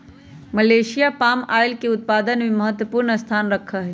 Malaysia palm oil के उत्पादन में महत्वपूर्ण स्थान रखा हई